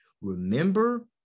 Remember